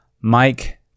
Mike